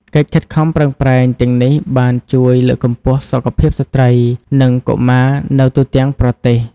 កិច្ចខិតខំប្រឹងប្រែងទាំងនេះបានជួយលើកកម្ពស់សុខភាពស្ត្រី និងកុមារនៅទូទាំងប្រទេស។